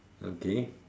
okay